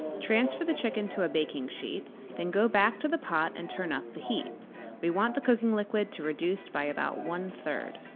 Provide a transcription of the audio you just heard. transfer the chicken to a baking sheet then go back to the pot and turn up the heat we want the cooking liquid to reduce by about one three.